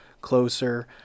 Closer